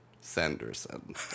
sanderson